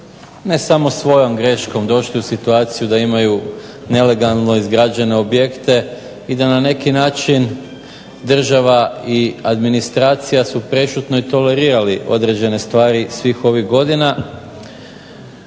ne samo svojom greškom došli u situaciju da imaju nelegalno izgrađene objekte i da na neki način država i administracija su prešutno i tolerirali određene stvari svih ovih godina